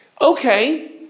Okay